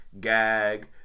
gag